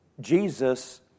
Jesus